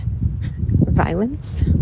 violence